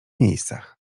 miejscach